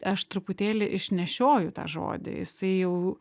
aš truputėlį išnešioju tą žodį jisai jau